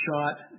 shot